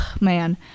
man